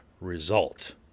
result